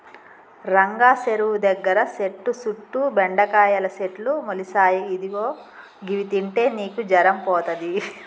రంగా సెరువు దగ్గర సెట్టు సుట్టు బెండకాయల సెట్లు మొలిసాయి ఇదిగో గివి తింటే నీకు జరం పోతది